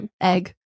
egg